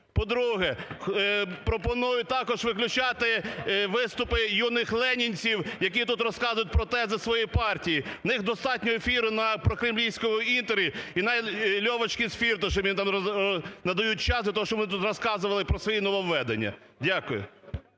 По-друге, пропоную також виключати виступи юних ленінців, які тут розказують про тези за свої партії. В них достатньо ефіру на прокремлівському "Інтері", і Льовочкін з Фірташем надають час для того, щоб вони тут розказували про свої нововведення. Дякую.